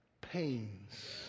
pains